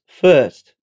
first